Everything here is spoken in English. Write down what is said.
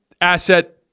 asset